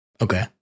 Okay